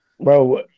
Bro